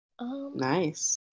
Nice